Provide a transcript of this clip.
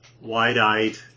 wide-eyed